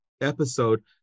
episode